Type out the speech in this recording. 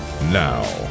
Now